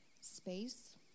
space